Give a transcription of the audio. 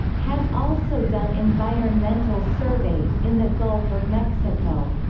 has also done environmental surveys in the gulf of mexico.